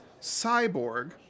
Cyborg